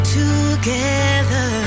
together